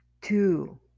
Two